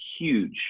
huge